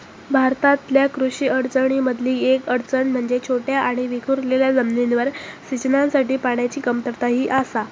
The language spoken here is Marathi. भारतातल्या कृषी अडचणीं मधली येक अडचण म्हणजे छोट्या आणि विखुरलेल्या जमिनींवर सिंचनासाठी पाण्याची कमतरता ही आसा